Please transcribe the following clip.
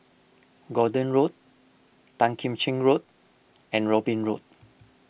Gordon Road Tan Kim Cheng Road and Robin Road